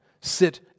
Sit